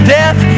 death